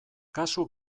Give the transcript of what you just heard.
kasu